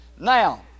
Now